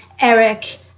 Eric